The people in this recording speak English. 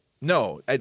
no